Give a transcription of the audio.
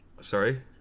Sorry